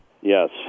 Yes